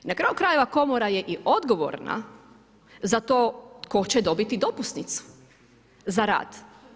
I na kraju krajeva komora je i odgovorna za to tko će dobiti dopusnicu za rad.